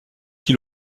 qui